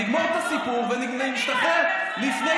כן,